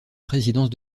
présidence